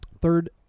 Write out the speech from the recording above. third